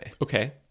Okay